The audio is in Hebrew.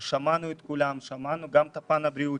שמענו את כולם ושמענו גם את הפן הבריאותי,